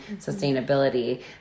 sustainability